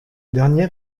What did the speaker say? dernière